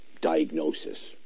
diagnosis